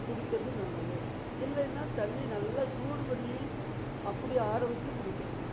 குடிக்கிறது நல்லது இல்லைனா தண்ணி நல்லா சூடு பண்ணி அப்படியே ஆற வச்சும் குடிக்கலாம்